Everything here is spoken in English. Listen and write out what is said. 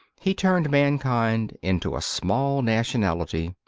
he turned mankind into a small nationality.